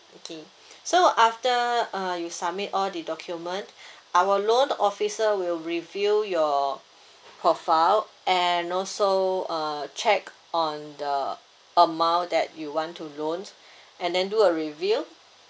okay so after uh you submit all the documents our loan officer will review your profile and also uh check on the amount that you want to loan and then do a review